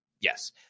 Yes